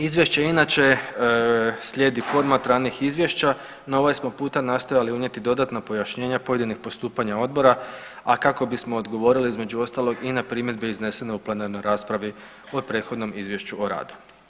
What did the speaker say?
Izvješće inače slijedi format ranijih izvješća, no ovaj smo puta nastojali unijeti dodatna pojašnjenja pojedinih postupanja odbora, a kako bismo odgovorili između ostalog i na primjedbe iznesene u plenarnoj raspravi po prethodnom izvješću o radu.